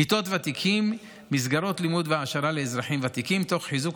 "כיתות ותיקים" מסגרות לימוד והעשרה לאזרחים ותיקים תוך חיזוק